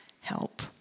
help